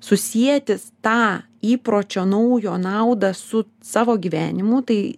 susieti tą įpročio naujo naudą su savo gyvenimu tai